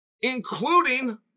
including